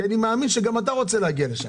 כי אני מאמין שאתה רוצה להגיע לשם.